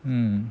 mm